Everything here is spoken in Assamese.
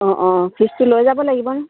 অঁ অঁ ফিজটো লৈ যাব লাগিব